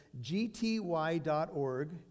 gty.org